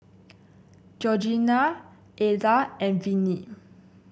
Georgeanna Ednah and Viney